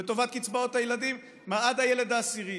לטובת קצבאות הילדים עד הילד העשירי.